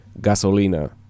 Gasolina